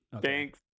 Thanks